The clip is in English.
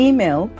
Email